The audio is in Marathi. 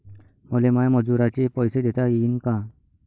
मले माया मजुराचे पैसे देता येईन का?